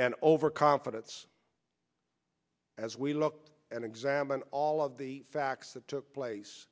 and overconfidence as we look and examine all of the facts that took place